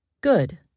Good